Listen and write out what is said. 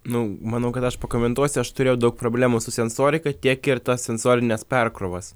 nu manau kad aš pakomentuosiu aš turėjau daug problemų su sensorika tiek ir ta sensorinės perkrovos